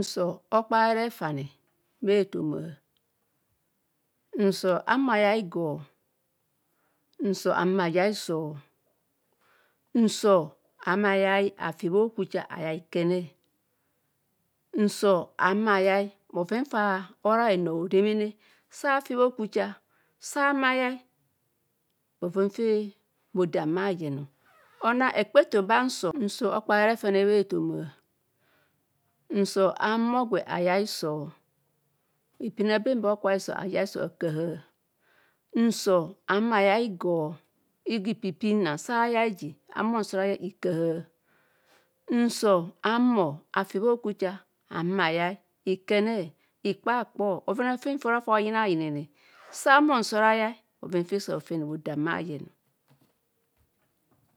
Nsor okpaere refane bha ethoma nsor ahumo ayai igor nsor ahumo ayai hiso nsor ahumo ayai afi bha okucha ayai ikene nsor ahuma ayai fa bhora henu aodememene sa afi bha okucha sa ahumo ayei bhodam bha ayen onang bhekpa eto ba nsor nsor okpare refane bha ethoma nsor ahumor gwe ayai hiso ihepine ba bho okubha hiso ayei hiso kaha nsor ahumo, ayei igor igor ipa ipin nang sa ayei ji ahumo nsor ayae sikaha. No ahumo afi bha okucha ahuma ayai ikene ikpa kpo, bhoven afen fa bhora fa bhoyinene ayine sa humor nsor ayai bhoven fe sa bhofene bhodan bha yeno.